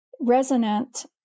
resonant